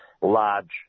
large